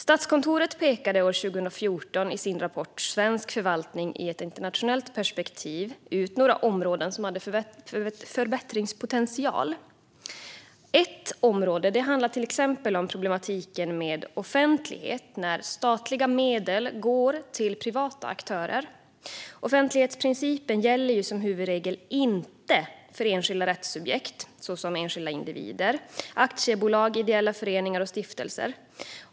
Statskontoret pekade år 2014 i sin rapport Svensk förvaltning i ett internationellt perspektiv ut några områden som hade förbättringspotential. Ett område handlade till exempel om problematiken med offentligheten när statliga medel går till privata aktörer. Offentlighetsprincipen gäller som huvudregel inte för enskilda rättssubjekt, såsom enskilda individer, aktiebolag, ideella föreningar och stiftelser.